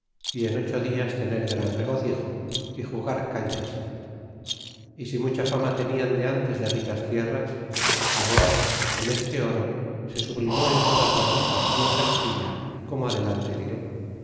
y en ocho dias tener gran regozijo y jugar cañas y si mucha fama tenian de ntes de ricas tierras agora con este oro se sublimó en todas las islas y en castilla como adelante diré